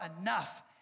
enough